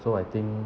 so I think